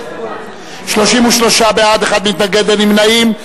בעד, 33, מתנגד אחד, אין נמנעים.